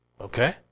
Okay